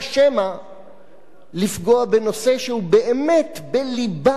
לפגוע בנושא שהוא באמת בלבה של מדינת ישראל,